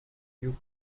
you